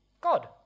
God